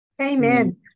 Amen